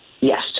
Yes